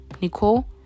Nicole